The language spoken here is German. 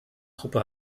gruppe